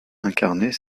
incarner